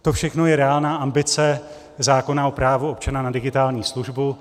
To všechno je reálná ambice zákona o právu občana na digitální službu.